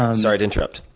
um sorry to interrupt.